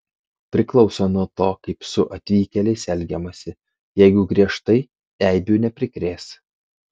priklauso nuo to kaip su atvykėliais elgiamasi jeigu griežtai eibių neprikrės